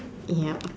yup